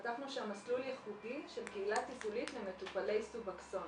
פתחנו שם מסלול ייחודי של קהילה טיפולית למטופלי סובקסון